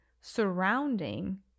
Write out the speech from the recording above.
surrounding